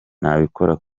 nabikora